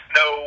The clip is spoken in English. no